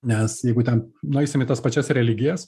nes jeigu ten nueisim į tas pačias religijas